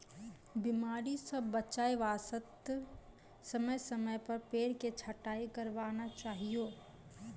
बीमारी स बचाय वास्तॅ समय समय पर पेड़ के छंटाई करवाना चाहियो